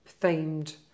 themed